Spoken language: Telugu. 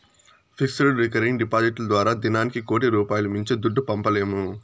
ఫిక్స్డ్, రికరింగ్ డిపాడిట్లు ద్వారా దినానికి కోటి రూపాయిలు మించి దుడ్డు పంపలేము